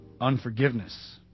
Unforgiveness